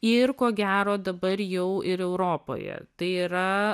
ir ko gero dabar jau ir europoje tai yra